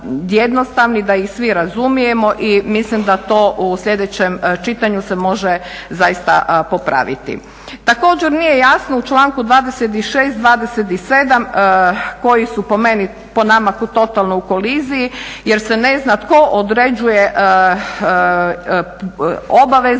da ih svi razumijemo i mislim da to u slijedećem čitanju se može zaista popraviti. Također nije jasno u članku 26., 27.,koji su po meni, po nama tu totalno u koliziji jer se ne zna tko određuje obavezu